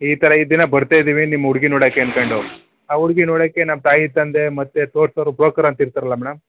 ಈ ಥರ ಈ ದಿನ ಬರ್ತಾ ಇದ್ದೀವಿ ನಿಮ್ಮ ಹುಡುಗಿ ನೋಡೋಕೆ ಅಂದ್ಕೊಂಡು ಆ ಹುಡುಗಿ ನೋಡೋಕೆ ನಮ್ಮ ತಾಯಿ ತಂದೆ ಮತ್ತು ತೋರ್ಸವ್ರು ಬ್ರೋಕರ್ ಅಂತ ಇರ್ತಾರಲ್ಲ ಮೇಡಮ್